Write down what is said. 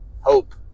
hope